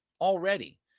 already